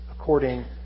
according